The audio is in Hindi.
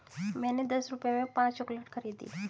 मैंने दस रुपए में पांच चॉकलेट खरीदी